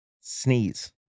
Sneeze